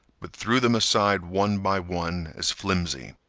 but threw them aside one by one as flimsy.